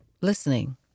Listening